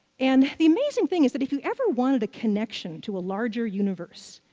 and the amazing thing is that, if you ever wanted a connection to a larger universe,